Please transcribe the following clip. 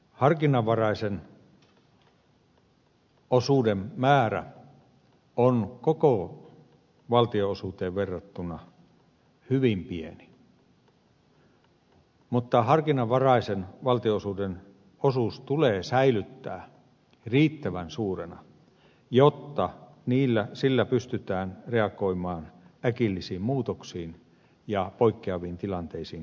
harkinnanvaraisen osuuden määrä on koko valtionosuuteen verrattuna hyvin pieni mutta harkinnanvaraisen valtionosuuden osuus tulee säilyttää riittävän suurena jotta sillä pystytään reagoimaan äkillisiin muutoksiin ja poikkeaviin tilanteisiin kunnissa